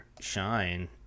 shine